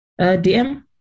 DM